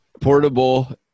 portable